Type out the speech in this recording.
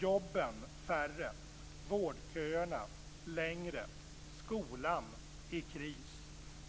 Jobben färre. Vårdköerna längre. Skolan i kris.